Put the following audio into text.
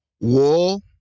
wool